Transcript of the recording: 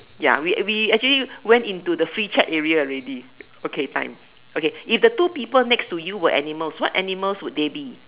ya we we actually went into the free chat area already okay time okay if the two people next to your were animals what animals would they be